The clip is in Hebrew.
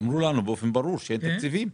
ואמרו לנו באופן ברור שאין תקציבים.